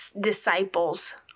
disciples